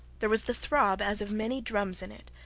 there was the throb as of many drums in it,